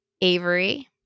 Avery